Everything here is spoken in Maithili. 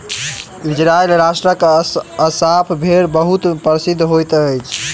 इजराइल राष्ट्रक अस्साफ़ भेड़ बहुत प्रसिद्ध होइत अछि